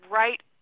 right